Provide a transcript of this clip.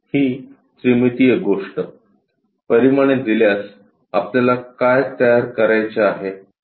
ही त्रिमितीय गोष्ट परिमाणे दिल्यास आपल्याला काय तयार करायचे आहे